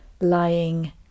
lying